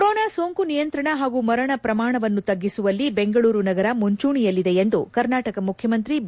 corona ಸೋಂಕು ನಿಯಂತ್ರಣ ಹಾಗೂ ಮರಣ ಪ್ರಮಾಣವನ್ನು ತಗ್ಗಿಸುವಲ್ಲಿ ಬೆಂಗಳೂರು ನಗರ ಮುಂಚೂಣಿಯಲ್ಲಿದೆ ಎಂದು ಕರ್ನಾಟಕ ಮುಖ್ಯಮಂತ್ರಿ ಬಿ